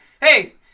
hey